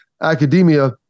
academia